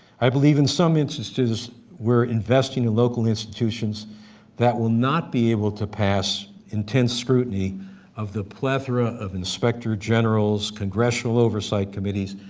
i believe in some instances, were investing in local institutions that will not be able to pass intense scrutiny of the plethora of inspector generals, congressional oversight committees,